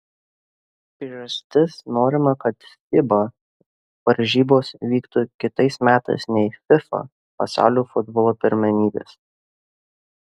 priežastis norima kad fiba varžybos vyktų kitais metais nei fifa pasaulio futbolo pirmenybės